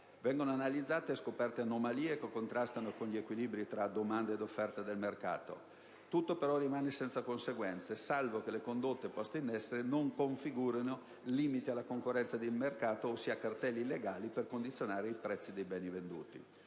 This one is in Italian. Vengono analizzate e scoperte anomalie che contrastano con gli equilibri tra domanda ed offerta nel mercato. Tutto però rimane senza conseguenze, salvo che le condotte poste in essere non configurino limiti alla concorrenza di mercato, ossia cartelli illegali per condizionare i prezzi dei beni venduti.